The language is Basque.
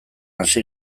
hasi